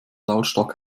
lautstark